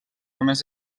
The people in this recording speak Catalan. només